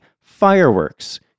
fireworks